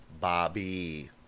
Bobby